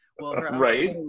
right